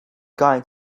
going